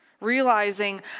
realizing